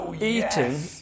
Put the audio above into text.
eating